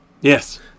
Yes